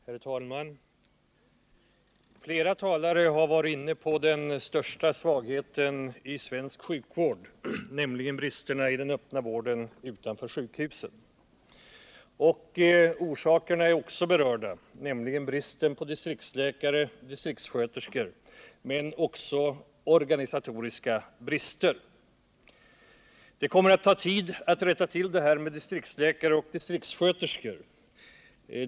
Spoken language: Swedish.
Herr talman! Flera talare har varit inne på den största svagheten i svensk sjukvård, nämligen bristerna i den öppna vården utanför sjukhusen. Orsakerna har också berörts: bristen på distriktsläkare och distriktssköterskor men också de organisatoriska bristerna. Det kommer att ta tid att rätta till det här med distriktsläkare och distriktssköterskor.